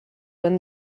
win